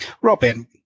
Robin